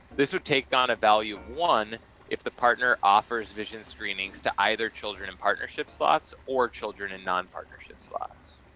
this would take on a value of one if the partner offers vision screenings to either children in partnership slots or children in non-partnership slots.